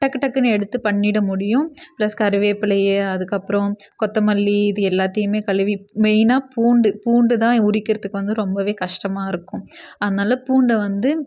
டக்கு டக்குன்னு எடுத்து பண்ணிட முடியும் பிளஸ் கருவேப்பில்லையை அதுக்கப்புறம் கொத்தமல்லி இது எல்லாத்தையும் கழுவி மெய்னாக பூண்டு பூண்டு தான் உரிக்கிறதுக்கு வந்து ரொம்ப கஷ்டமாக இருக்கும் அதனால பூண்டை வந்து